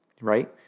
Right